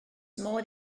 modd